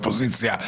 אופוזיציה,